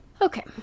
Okay